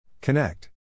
Connect